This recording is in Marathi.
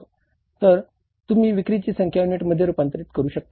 तर तुम्ही विक्रीची संख्या युनिटमध्येही रूपांतरित करू शकता